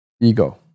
ego